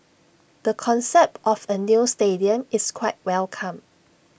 the concept of A new stadium is quite welcome